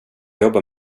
jobbar